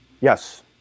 Yes